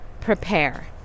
prepare